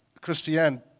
Christiane